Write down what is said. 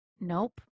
Nope